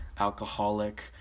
alcoholic